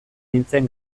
nintzen